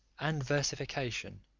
and versification.